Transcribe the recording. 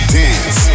dance